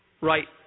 right